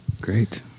great